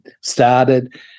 started